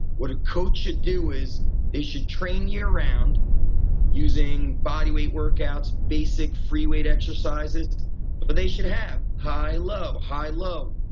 what a coach should do is they should train year round using body weight workouts, basic free weight exercises, but but they should have high low, high low.